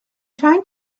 trying